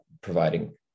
providing